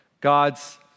God's